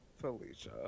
felicia